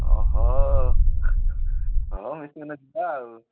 ହଁ ମିଶିକିନା ଯିବା ଆଉ